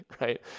right